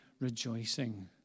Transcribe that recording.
rejoicing